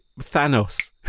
Thanos